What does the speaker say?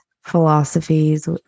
philosophies